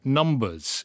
numbers